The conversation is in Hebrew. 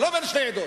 אבל לא בין שתי עדות.